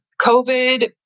COVID